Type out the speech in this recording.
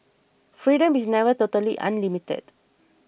freedom is never totally unlimited